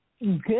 Good